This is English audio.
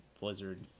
Blizzard